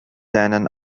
deinen